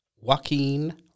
Joaquin